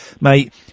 mate